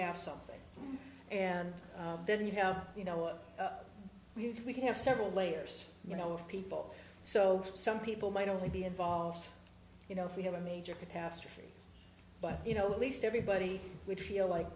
have something and then you have you know we had we could have several layers you know of people so some people might only be involved you know if we have a major catastrophe but you know at least everybody would feel like